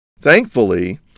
Thankfully